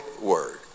Word